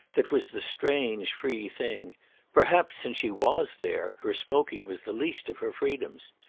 that was the strange free thing perhaps, since she was there, her smoking was the least of her freedoms.